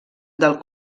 del